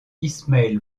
ismaël